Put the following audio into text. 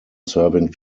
serving